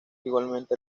igualmente